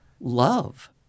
love